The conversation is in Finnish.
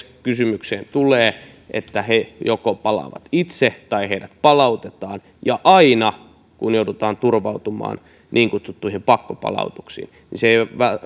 kysymykseen tulee että he joko palaavat itse tai heidät palautetaan ja aina kun joudutaan turvautumaan niin kutsuttuihin pakkopalautuksiin niin se ei